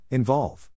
Involve